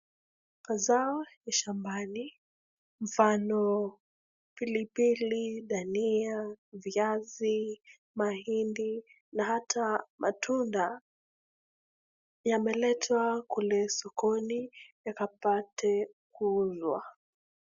Mazao ya shambani, mfano pilipili, dania, viazi, mahindi na hata matunda, yameletwa kule sokoni yakapate kuuzwa.